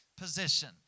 position